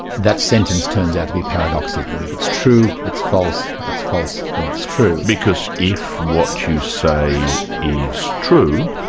that sentence turns out to be paradoxical. if it's true, it's false, if it's false, then it's true. because if what you say is so true,